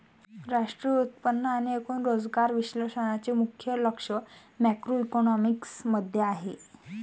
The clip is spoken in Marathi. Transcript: राष्ट्रीय उत्पन्न आणि एकूण रोजगार विश्लेषणाचे मुख्य लक्ष मॅक्रोइकॉनॉमिक्स मध्ये आहे